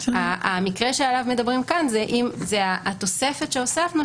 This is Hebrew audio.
המקרה שעליו מדברים כאן זו התוספת שהוספנו,